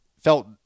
felt